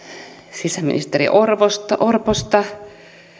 sisäministeri orposta orposta